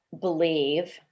believe